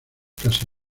casi